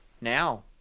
now